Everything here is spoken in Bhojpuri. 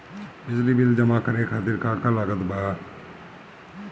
बिजली बिल जमा करे खातिर का का लागत बा?